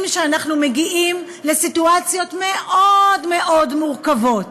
שאנחנו מגיעים לסיטואציות מאוד מאוד מורכבות,